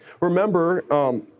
Remember